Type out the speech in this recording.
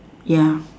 ya